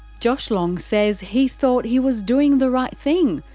josh long says he thought he was doing the right thing,